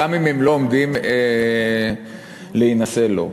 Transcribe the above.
גם אם הם לא עומדים להינשא לו.